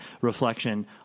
reflection